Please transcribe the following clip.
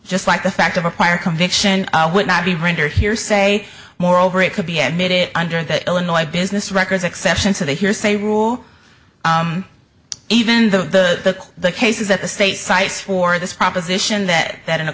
just like the fact of a prior conviction would not be rendered hearsay moreover it could be admitted under the illinois business records exception to the hearsay rule even the the case is that the state cites for this proposition that that an a